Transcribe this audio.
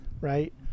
right